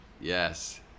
yes